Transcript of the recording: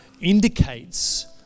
indicates